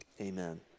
amen